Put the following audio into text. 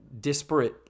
disparate